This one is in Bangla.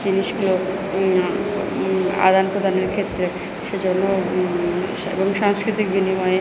জিনিসগুলো আদান প্রদানের ক্ষেত্রে সে জন্য সা এবং সাংস্কৃতিক বিনিময়ে